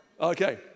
Okay